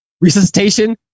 resuscitation